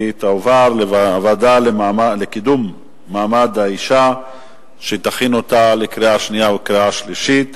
והיא תועבר לוועדה לקידום מעמד האשה להכנה לקריאה שנייה ולקריאה שלישית.